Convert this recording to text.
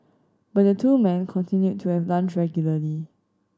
but the two men continued to have lunch regularly